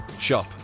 shop